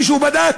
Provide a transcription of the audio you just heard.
מישהו בדק?